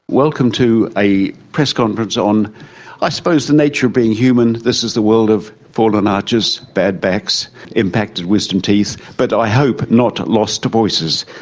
welcome to a press conference on i suppose the nature of being human. this is the world of fallen arches, bad backs, impacted wisdom teeth, but i hope not lost voices.